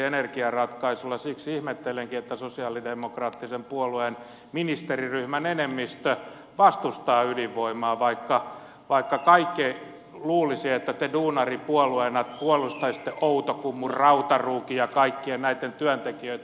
siksi ihmettelenkin että sosialidemokraattisen puolueen ministeriryhmän enemmistö vastustaa ydinvoimaa vaikka kaikki luulisivat että te duunaripuolueena puolustaisitte outokummun rautaruukin ja kaikkien näitten työntekijöitä